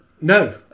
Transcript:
No